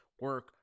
Work